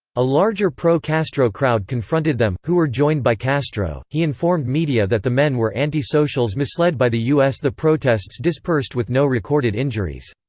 a larger pro-castro crowd confronted them, who were joined by castro he informed media that the men were anti-socials misled by the u s. the protests dispersed with no recorded injuries.